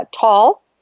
tall